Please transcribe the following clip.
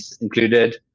included